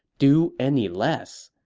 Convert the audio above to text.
do any less?